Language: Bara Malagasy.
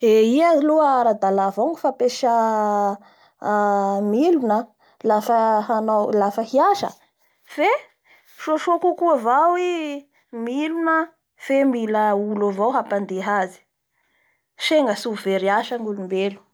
Eee! I aloha aradala avao ny fampiasa milona lafa hanao-lafa hiasa fe soasoa kokoa avao i milona fe mila olo avao hapandeha azy senga tsy ho very asa ny olombelo.